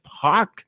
park